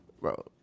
Bro